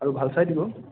আৰু ভাল চাই দিব